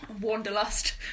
Wanderlust